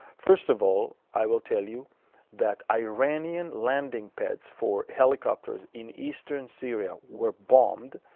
first of all, i will tell you that iranian landing pads for helicopters in eastern syria were bombed.